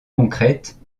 concrète